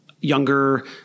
younger